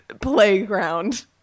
playground